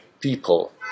people